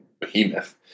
behemoth